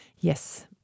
Yes